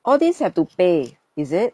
all these have to pay is it